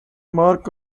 mark